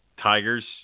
tigers